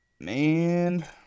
Man